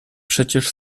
przecież